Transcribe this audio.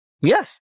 Yes